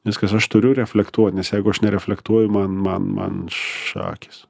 viskas aš turiu reflektuot nes jeigu aš nereflektuoju man man man šakės